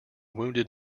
wounded